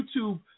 YouTube